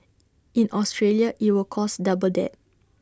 in Australia IT would cost double that